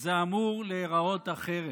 זה אמור להיראות אחרת.